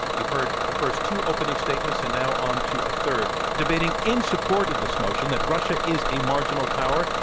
you've heard the first two opening statements, and now on to a third. debating in support of this motion, that russia is a marginal power,